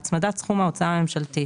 הצמדת סכום ההוצאה הממשלתית